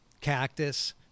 cactus